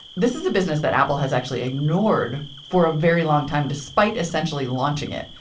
this is a business that apple has actually ignored for a very long time, despite essentially launching it.